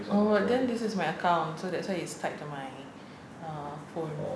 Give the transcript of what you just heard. oh then this is my account so that's why it's tied to my err phone